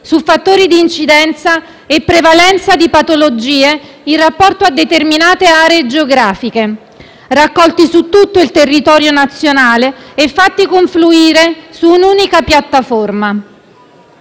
su fattori di incidenza e prevalenza di patologie in rapporto a determinate aree geografiche, raccolti su tutto il territorio nazionale e fatti confluire su un'unica piattaforma.